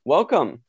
Welcome